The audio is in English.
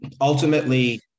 Ultimately